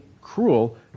cruel